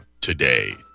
today